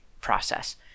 process